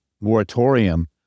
moratorium